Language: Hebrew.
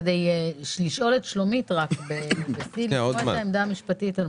אני מבקשת לשאול את שלומית ארליך לגבי העמדה המשפטית.